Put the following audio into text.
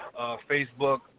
Facebook